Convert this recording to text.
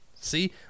See